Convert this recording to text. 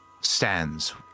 stands